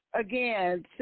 Again